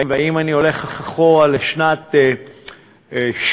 ואם אני הולך אחורה לשנת 1986,